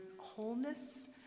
wholeness